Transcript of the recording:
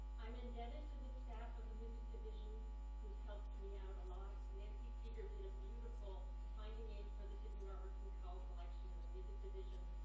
i'm indebted to the staff of the music division who's helped me out a lot. nancy seiger did a beautiful finding aid for the sidney robertson cowell collection in the music division.